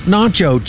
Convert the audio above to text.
Nacho